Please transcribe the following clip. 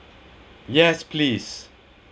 yes please